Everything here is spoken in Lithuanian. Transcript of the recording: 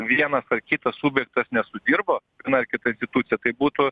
vienas ar kitas subjektas nesudirbo na ir kita institucija tai būtų